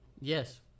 Yes